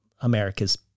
America's